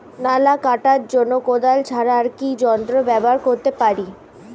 নালা কাটার জন্য কোদাল ছাড়া আর কি যন্ত্র ব্যবহার করতে পারি?